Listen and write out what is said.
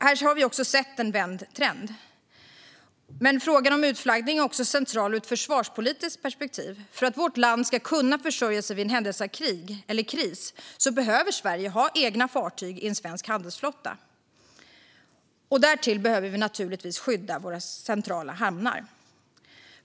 Här har vi också sett en vänd trend. Men frågan om utflaggning är också central ur ett försvarspolitiskt perspektiv. För att vårt land ska kunna försörja sig vid händelse av krig eller kris behöver Sverige ha egna fartyg i en svensk handelsflotta. Därtill behöver vi naturligtvis kunna skydda våra centrala hamnar.